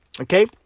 Okay